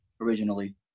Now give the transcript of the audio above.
originally